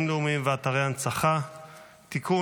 אתרים לאומיים ואתרי הנצחה (תיקון,